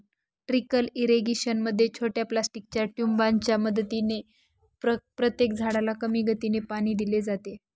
trickle irrigation मध्ये छोट्या प्लास्टिकच्या ट्यूबांच्या मदतीने प्रत्येक झाडाला कमी गतीने पाणी दिले जाते